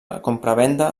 compravenda